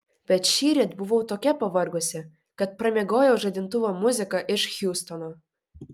bet šįryt buvau tokia pavargusi kad pramiegojau žadintuvo muziką iš hjustono